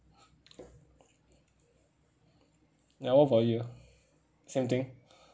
ya what about you same thing